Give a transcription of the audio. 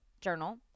journal